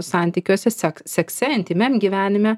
santykiuose sek sekse intymiam gyvenime